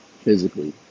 physically